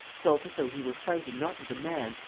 felt as though he were fighting not with a man,